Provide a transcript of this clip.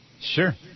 Sure